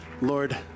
Lord